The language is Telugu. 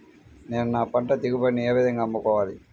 నేను నా పంట దిగుబడిని ఏ విధంగా అమ్ముకోవాలి?